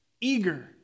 eager